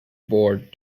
board